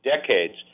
decades